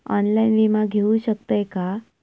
Online विमा घेऊ शकतय का?